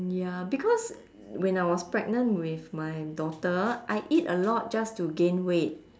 ya because when I was pregnant with my daughter I eat a lot just to gain weight